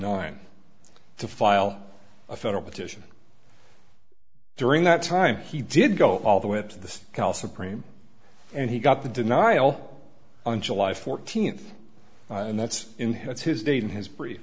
nine to file a federal petition during that time he did go all the way up to the cal supreme and he got the denial on july fourteenth and that's in what's his day in his brief